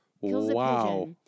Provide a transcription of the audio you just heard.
Wow